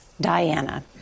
Diana